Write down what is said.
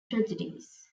tragedies